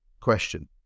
question